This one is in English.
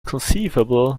conceivable